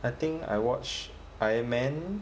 I think I watched iron man